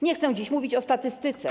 Nie chcę dziś mówić o statystyce.